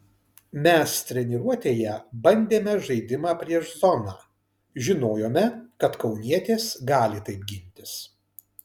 mes treniruotėje bandėme žaidimą prieš zoną žinojome kad kaunietės gali taip gintis